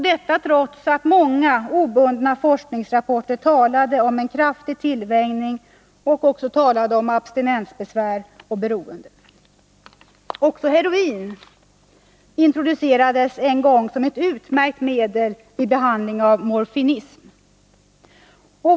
Detta trots att många obundna forskningsrapporter talade om kraftig tillvänjning, abstinensbesvär och beroende. Även heroin introducerades en gång som ett utmärkt medel vid behandling av morfinism.